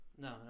No